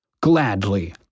Gladly